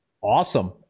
awesome